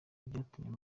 byatumye